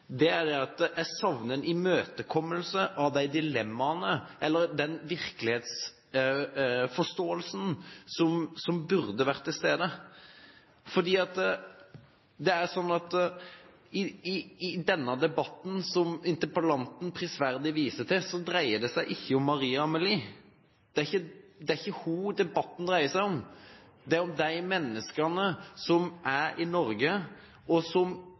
fokusere på menneskene. Det jeg synes er interessant i debatten, er at jeg savner at en imøtekommer de dilemmaene eller den virkelighetsforståelsen som burde være til stede. Det er sånn i denne debatten at det som interpellanten prisverdig viser til, ikke dreier det seg om Maria Amelie. Det er ikke henne debatten dreier seg om. Det er om de menneskene som er i Norge, og som